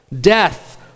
Death